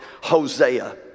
Hosea